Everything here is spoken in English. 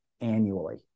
annually